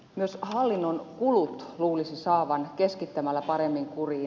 myös hallinnon kulut luulisi saavan keskittämällä paremmin kuriin